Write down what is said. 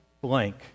blank